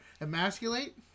emasculate